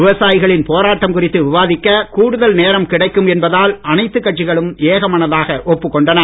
விவசாயிகள் போராட்டம் குறித்து விவாதிக்க கூடுதல் நேரம் கிடைக்கும் என்பதால் அனைத்து கட்சிகளும் ஏகமனதாக ஒப்புக் கொண்டன